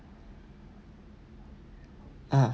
ah